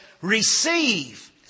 Receive